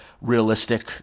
realistic